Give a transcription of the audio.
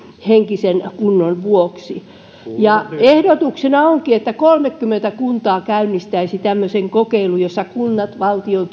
henkisen kunnon vuoksi ehdotuksena onkin että kolmekymmentä kuntaa käynnistäisi tämmöisen kokeilun jossa kunnat valtion